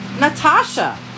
Natasha